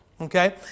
okay